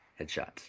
Headshots